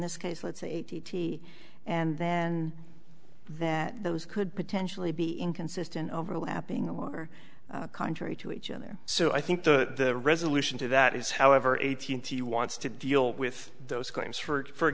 this case let's say eighty and then that those could potentially be inconsistent overlapping or contrary to each other so i think the resolution to that is however eighteenth he wants to deal with those claims for